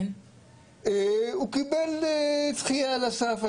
הוא קיבל דחייה על הסף,